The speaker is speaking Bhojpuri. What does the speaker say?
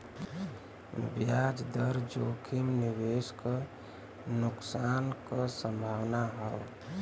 ब्याज दर जोखिम निवेश क नुकसान क संभावना हौ